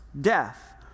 death